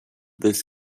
this